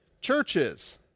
churches